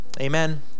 Amen